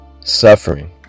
suffering